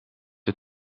het